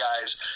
guys